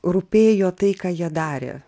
rūpėjo tai ką jie darė